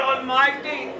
Almighty